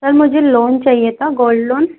sir मुझे loan चाहिए था गोल्ड लोन